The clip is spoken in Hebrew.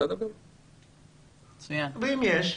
ואם יש,